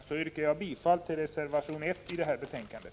Jag yrkar bifall till reservation 1 i betänkandet.